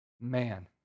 man